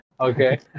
Okay